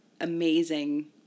amazing